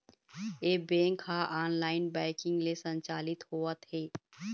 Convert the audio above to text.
ए bank ह online banking ले संचालित होवत हे